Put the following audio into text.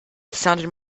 sounded